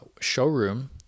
showroom